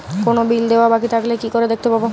কোনো বিল দেওয়া বাকী থাকলে কি করে দেখতে পাবো?